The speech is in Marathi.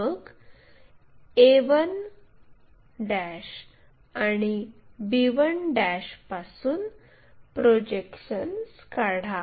मग a1 आणि b1 पासून प्रोजेक्शन्स काढा